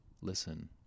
listen